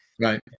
right